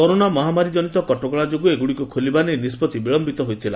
corona ମହାମାରୀ କନିତ କଟକଣା ଯୋଗୁଁ ଏଗୁଡ଼ିକ ଖୋଲିବା ନେଇ ନିଷ୍କଭି ବିଳୟିତ ହୋଇଥିଲା